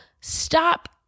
stop